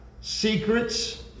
secrets